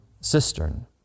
cistern